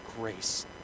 grace